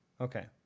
Okay